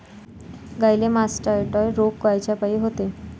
गाईले मासटायटय रोग कायच्यापाई होते?